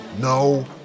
No